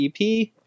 EP